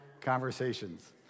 conversations